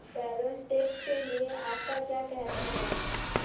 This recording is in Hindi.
पेरोल टैक्स के लिए आपका क्या कहना है?